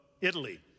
Italy